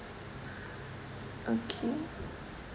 okay